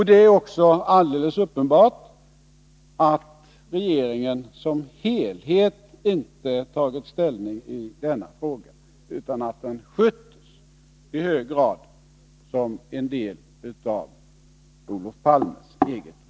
Det är också alldeles uppenbart att regeringen som helhet inte tagit ställning i denna fråga, utan att den i hög grad sköttes som en del av Olof Palmes eget revir.